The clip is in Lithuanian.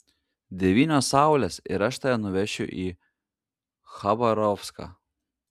devynios saulės ir aš tave nuvešiu į chabarovską